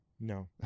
No